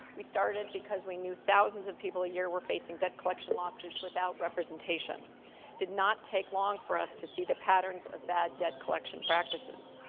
we started because we knew thousands of people a year were facing debt collection lawsuits without representation. it did not take long for us to see the patterns of bad debt collection practices.